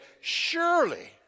surely